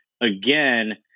again